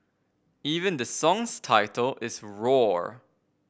even the song's title is roar